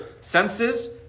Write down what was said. senses